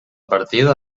partida